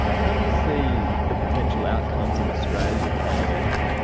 how do you see the potential outcomes in australia playing out?